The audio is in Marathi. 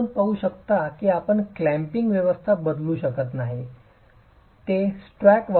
आपण अपयशाची अपेक्षा कराल आपल्याला मोर्टार युनिट इंटरफेसवर बिघाड असल्याची अपेक्षा आहे किंवा आपण मोर्टारमध्येच अयशस्वी होऊ शकता